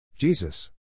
Jesus